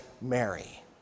Mary